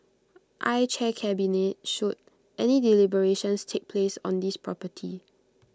I chair cabinet should any deliberations take place on this property